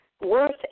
worth